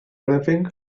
anything